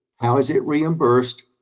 how is it reimbursed,